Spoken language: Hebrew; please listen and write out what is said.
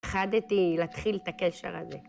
פתחדתי להתחיל את הקשר הזה.